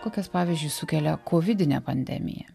kokias pavyzdžiui sukelia kovidinė pandemija